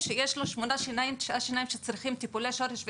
שיש לו שמונה-תשעה שיניים שצריכים טיפולי שורש וכתרים,